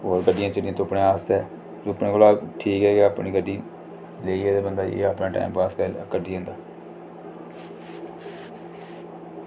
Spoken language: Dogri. होर बजरियां तुप्पने अस ते ओह्दा ठीक ऐ अपनी गड्डी लेइयै एह् बंदा अपना टैमपास करी लैंदा